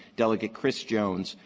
delegate chris jones,